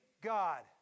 God